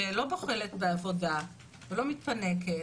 שלא בוחלת בעבודה ולא מתפנקת,